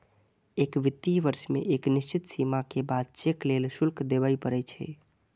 एक वित्तीय वर्ष मे एक निश्चित सीमा के बाद चेक लेल शुल्क देबय पड़ै छै